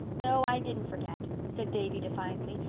no, i didn't forget, said davy defiantly,